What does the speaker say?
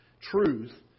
truth